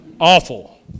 Awful